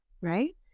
right